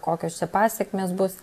kokios čia pasekmės bus